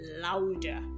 louder